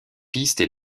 pistes